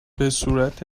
بهصورت